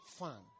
fun